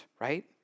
right